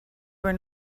were